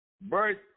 birth